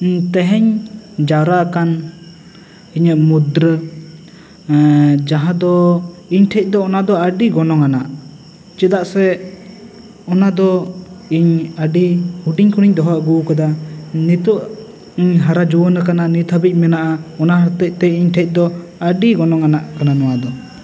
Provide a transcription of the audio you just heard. ᱛᱮᱦᱮᱧ ᱡᱟᱣᱨᱟ ᱟᱠᱟᱱ ᱤᱧᱟᱹᱜ ᱢᱩᱫᱽᱨᱮ ᱡᱟᱦᱟᱸ ᱫᱚ ᱤᱧ ᱴᱷᱮᱱ ᱫᱚ ᱚᱱᱟ ᱫᱚ ᱟᱹᱰᱤ ᱜᱚᱱᱚᱝ ᱟᱱᱟᱜ ᱪᱮᱫᱟᱜ ᱥᱮ ᱚᱱᱟ ᱫᱚ ᱤᱧ ᱟᱹᱰᱤ ᱦᱩᱰᱤᱝ ᱠᱷᱚᱱᱤᱧ ᱫᱚᱦᱚ ᱟᱹᱜᱩᱣᱟᱠᱟᱫᱟ ᱱᱤᱛᱚᱜ ᱦᱟᱨᱟ ᱡᱩᱣᱟᱹᱱ ᱟᱠᱟᱱᱟ ᱱᱤᱛ ᱦᱟᱹᱵᱤᱡ ᱢᱮᱱᱟᱜᱼᱟ ᱚᱱᱟ ᱦᱚᱛᱮᱫ ᱛᱮ ᱤᱧ ᱴᱷᱮᱱ ᱫᱚ ᱟᱹᱰᱤ ᱜᱚᱱᱚᱝ ᱟᱱᱟᱜ ᱠᱟᱱᱟ ᱱᱚᱣᱟ ᱫᱚ